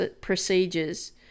procedures